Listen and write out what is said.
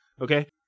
Okay